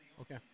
Okay